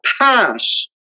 pass